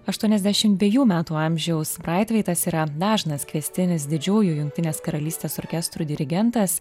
aštuoniasdešim dviejų metų amžiaus braitvaitas yra dažnas kviestinis didžiųjų jungtinės karalystės orkestrų dirigentas